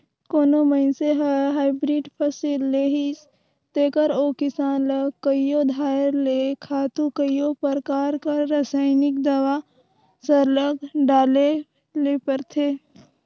कोनो मइनसे हर हाईब्रिड फसिल लेहिस तेकर ओ किसान ल कइयो धाएर ले खातू कइयो परकार कर रसइनिक दावा सरलग डाले ले परथे